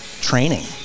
training